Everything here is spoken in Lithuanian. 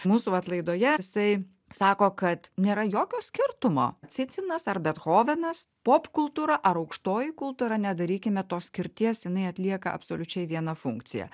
mūsų vat laidoje jisai sako kad nėra jokio skirtumo cicinas ar bethovenas popkultūra ar aukštoji kultūra nedarykime tos skirties jinai atlieka absoliučiai vieną funkciją